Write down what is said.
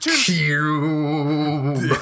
cube